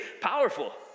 powerful